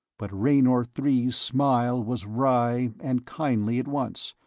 but raynor three's smile was wry and kindly at once,